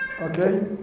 okay